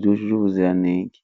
byujuje ubuziranenge.